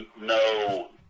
no